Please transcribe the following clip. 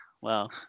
Wow